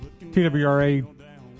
TWRA